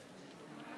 תודה רבה,